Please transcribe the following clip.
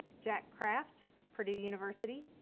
jack kraft, purdue university,